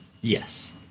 Yes